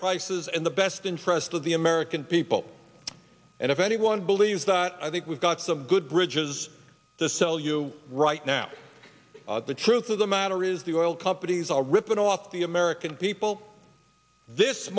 prices in the best interest of the can people and if anyone believes that i think we've got some good bridges to sell you right now the truth of the matter is the oil companies are ripping off the american people this